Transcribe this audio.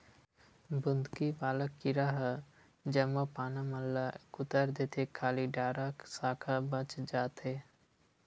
बुंदकी वाला कीरा ह जम्मो पाना मन ल कुतर देथे खाली डारा साखा बचे पाथे